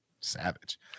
Savage